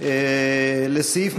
התקבלה.